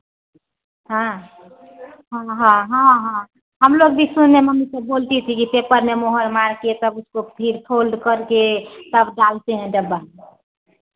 हाँ हाँ हाँ हाँ हाँ हम लोग भी सुने मम्मी सब बोलती थी कि पेपर में मोहर मार के तब उसको फिर फोल्ड करके तब डालते हैं डब्बा में